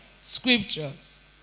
scriptures